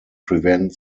prevent